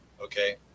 okay